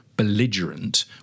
Belligerent